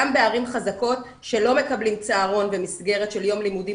גם בערים חזקות שלא מקבלים צהרון במסגרת של יום לימודים